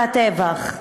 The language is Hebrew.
על הטבח: